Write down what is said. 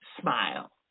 smile